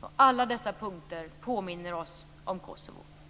Och alla dessa punkter påminner oss om Kosovo.